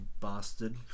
bastard